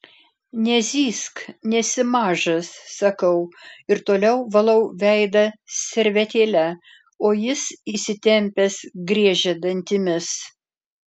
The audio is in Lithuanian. nezyzk nesi mažas sakau ir toliau valau veidą servetėle o jis įsitempęs griežia dantimis